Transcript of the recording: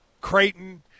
Creighton